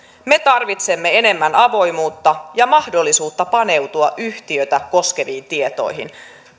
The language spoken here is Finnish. me tarvitsemme enemmän avoimuutta ja mahdollisuutta paneutua yhtiöitä koskeviin tietoihin